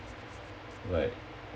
like